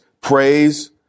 praise